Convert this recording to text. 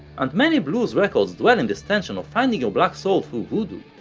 and many blues records dwell in this tension of finding your black soul through voodoo,